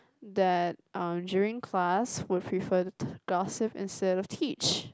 that uh during class would prefer to gossip instead of teach